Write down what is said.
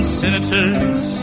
senators